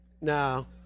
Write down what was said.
No